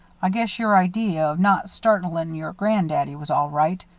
i guess your idee of not startling your gran'-daddy was all right.